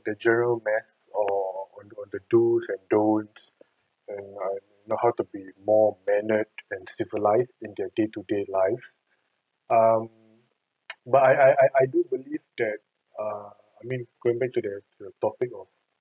the general math or or the do's and don't and know how to be more mannered and civilised in their day to day life um but I I I do believe that err I mean going back to the the topic of